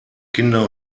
kinder